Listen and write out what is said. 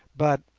but,